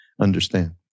understand